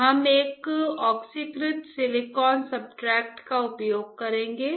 तो हम एक ऑक्सीकृत सिलिकॉन सब्सट्रेट का उपयोग करेंगे